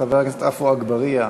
חבר הכנסת עפו אגבאריה,